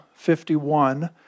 51